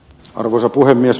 arvoisa puhemies